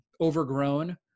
overgrown